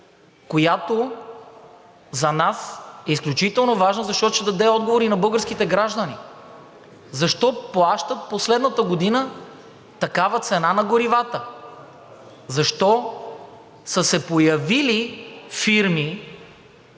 която за нас е изключително важна, защото ще даде отговори и на българските граждани – защо плащат в последната година такава цена на горивата? Защо са се появили фирми,